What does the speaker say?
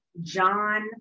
John